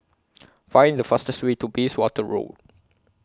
Find The fastest Way to Bayswater Road